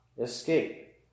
escape